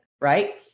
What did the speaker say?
Right